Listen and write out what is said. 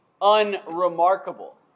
unremarkable